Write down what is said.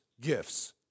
gifts